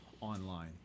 online